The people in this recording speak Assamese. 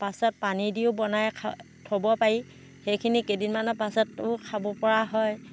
পাছত পানী দিও বনাই খাই থ'ব পাৰি সেইখিনি কেইদিনমানৰ পাছতো খাব পৰা হয়